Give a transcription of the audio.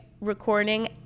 recording